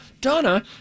donna